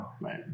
right